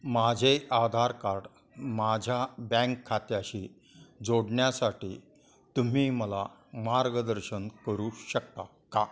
माझे आधार कार्ड माझ्या बँक खात्याशी जोडण्यासाठी तुम्ही मला मार्गदर्शन करू शकता का